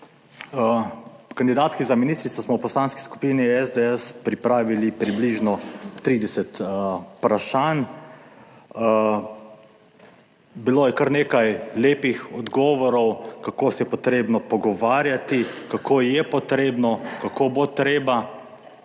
Kandidatki za ministrico smo v Poslanski skupini SDS pripravili približno 30 vprašanj. Bilo je kar nekaj lepih odgovorov, kako se je potrebno pogovarjati, kako je potrebno, kako bo treba.